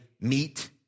meet